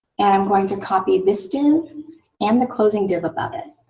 and i'm going to copy this div and the closing div above it.